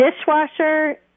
Dishwasher